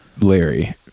Larry